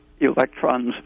electrons